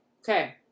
Okay